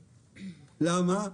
למה?